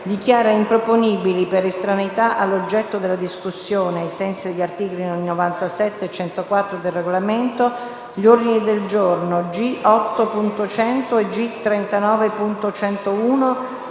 dichiara improponibili per estraneità all’oggetto della discussione, ai sensi degli articoli 97 e 104 del Regolamento, gli ordini del giorno G8.100 e G39.101